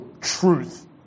truth